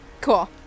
Cool